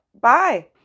Bye